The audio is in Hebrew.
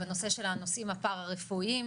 בנושא של הנושאים הפרה-רפואיים,